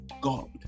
God